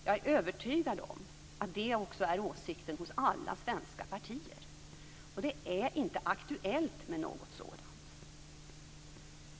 Jag är övertygad om att det också är åsikten hos alla svenska partier. Det är inte aktuellt med något sådant.